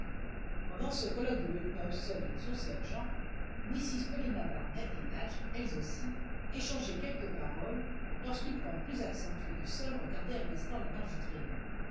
pendant ce colloque du lieutenant hobson et de son sergent mrs paulina barnett et madge elles aussi échangeaient quelques paroles lorsqu'une pente plus accentuée du sol retardait un instant la marche du traîneau